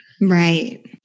Right